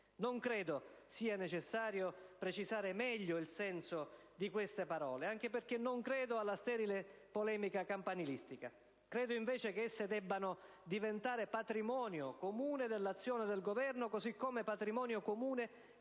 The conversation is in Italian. Non credo sia necessario precisare meglio il senso di queste parole, anche perché non credo alla sterile polemica campanilistica. Credo, invece, che esse debbano diventare patrimonio comune dell'azione del Governo, così come patrimonio comune